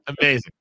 amazing